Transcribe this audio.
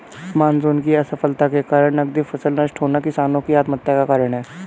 monsoon की असफलता के कारण नकदी फसल नष्ट होना किसानो की आत्महत्या का कारण है